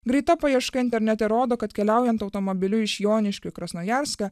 greita paieška internete rodo kad keliaujant automobiliu iš joniškio į krasnojarską